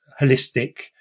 holistic